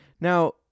Now